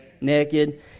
Naked